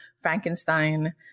Frankenstein